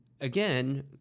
again